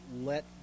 let